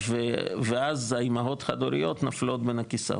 ואז האימהות החד הוריות נופלות בין הכיסאות.